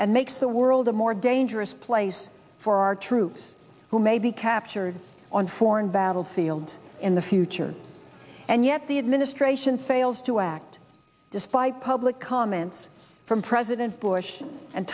and makes the world a more dangerous place for our troops who may be captured on foreign battlefields in the future and yet the administration fails to act despite public amen from president bush and